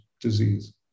disease